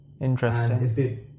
interesting